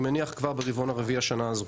אני מניח כבר ברבעון הרביעי השנה הזו.